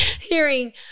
hearing